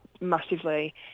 massively